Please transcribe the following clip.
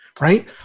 right